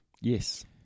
Yes